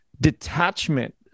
detachment